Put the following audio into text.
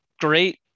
great